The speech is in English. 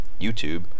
YouTube